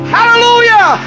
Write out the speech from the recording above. Hallelujah